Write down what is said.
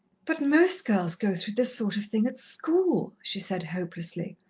but most girls go through this sort of thing at school, she said hopelessly.